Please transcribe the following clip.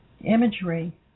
imagery